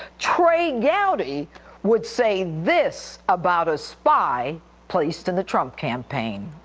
trey gowdy would say this about a spy placed in the trump campaign.